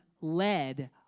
led